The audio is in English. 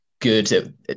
good